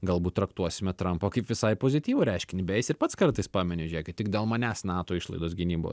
galbūt traktuosime trampą kaip visai pozityvų reiškinį beje jis ir pats kartais pamini žiūrėkit tik dėl manęs nato išlaidos gynyboj